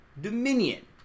Dominion